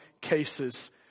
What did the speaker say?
cases